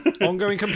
ongoing